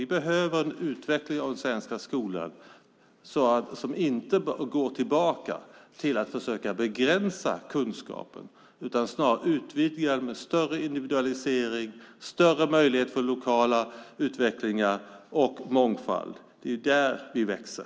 Vi behöver en utveckling av den svenska skolan som inte går tillbaka till att försöka begränsa kunskaper utan utvidga dem med större individualisering, större möjlighet till lokala utvecklingar och mångfald. Det är där vi växer.